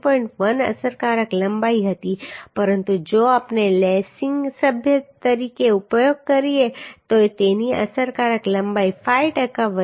1 અસરકારક લંબાઈ હતી પરંતુ જો આપણે લેસિંગ સભ્ય તરીકે ઉપયોગ કરીએ તો તેની અસરકારક લંબાઈ 5 ટકા વધીને 1